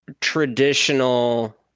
traditional